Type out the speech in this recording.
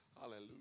Hallelujah